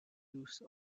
lose